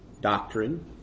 doctrine